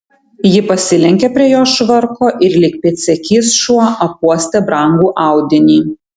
ji pasilenkė prie jo švarko ir lyg pėdsekys šuo apuostė brangų audinį